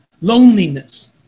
loneliness